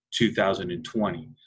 2020